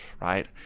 right